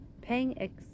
paying